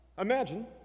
imagine